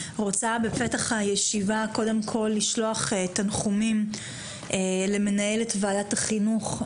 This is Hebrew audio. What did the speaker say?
אני רוצה בפתח הישיבה קודם כל לשלוח תנחומים למנהלת ועדת החינוך,